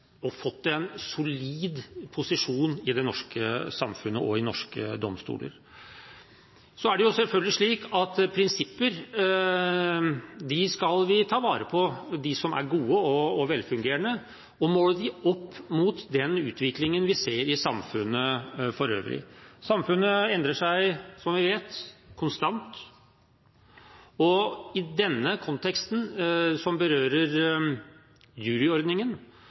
og fått en solid posisjon i det norske samfunnet og i norske domstoler. Det er selvfølgelig slik at vi skal ta vare på prinsipper – de som er gode og velfungerende – og måle dem opp mot utviklingen vi ser i samfunnet for øvrig. Som vi vet, endrer samfunnet seg konstant, og i denne konteksten – som berører juryordningen